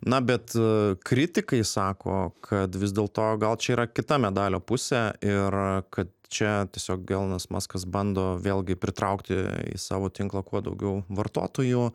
na bet kritikai sako kad vis dėlto gal čia yra kita medalio pusė ir kad čia tiesiog elonas muskas bando vėlgi pritraukti į savo tinklą kuo daugiau vartotojų